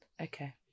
okay